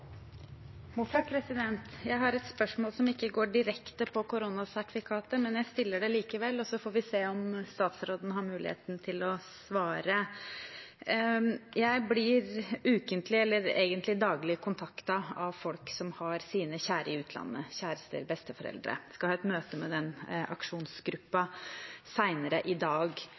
Jeg har et spørsmål som ikke går direkte på koronasertifikatet, men jeg stiller det likevel – så får vi se om statsråden har mulighet til å svare. Jeg blir ukentlig, eller egentlig daglig, kontaktet av folk som har sine kjære i utlandet – kjærester, besteforeldre. Jeg skal ha møte med aksjonsgruppen senere i dag.